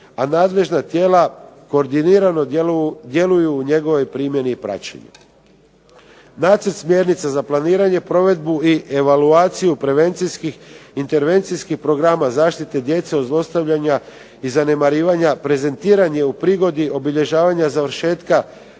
a nadležna tijela koordinirano djeluju u njegovoj primjeni i praćenju. Nacrt smjernica za planiranje provedbu i evaloaciju prevencijskih intervencijskih programa zaštite djece od zlostavljanja i zanemarivanja prezentiran je u prigodi obilježavanja završetka